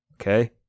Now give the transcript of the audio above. Okay